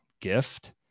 gift